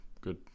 good